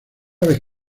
vez